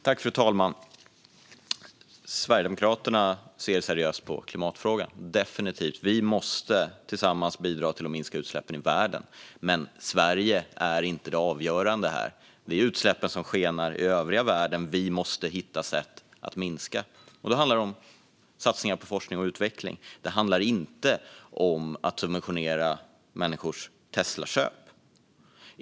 Fru talman! Sverigedemokraterna ser definitivt seriöst på klimatfrågan. Vi måste tillsammans bidra till att minska utsläppen i världen, men Sverige är inte avgörande här. Det är de utsläpp som skenar i den övriga världen som vi måste hitta sätt att minska. Då handlar det om satsningar på forskning och utveckling. Det handlar inte om att subventionera människors Teslaköp.